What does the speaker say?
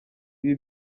ibi